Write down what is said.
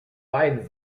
beiden